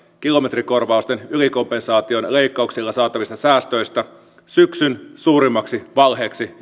kilometrikorvausten ylikompensaation leikkauksilla saatavista säästöistä syksyn suurimmaksi valheeksi